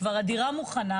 כבר הדירה מוכנה,